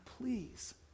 please